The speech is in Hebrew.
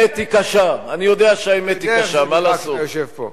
למה אתה, זה ברור לך שאתה מפריע לדובר.